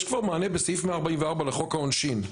יש לזה כבר מענה בסעיף 144 לחוק העונשין,